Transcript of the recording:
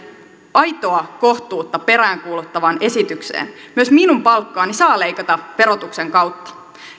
aitoa kohtuutta peräänkuuluttavaan esitykseen myös minun palkkaani saa leikata verotuksen kautta paitsi että